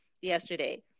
yesterday